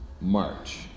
March